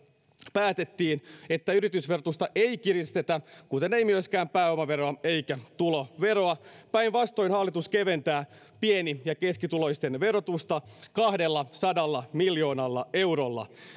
päätettiin että yritysverotusta ei kiristetä kuten ei myöskään pääomaveroa eikä tuloveroa päinvastoin hallitus keventää pieni ja keskituloisten verotusta kahdellasadalla miljoonalla eurolla